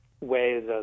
ways